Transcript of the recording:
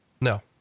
No